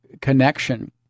connection